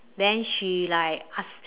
then she like ask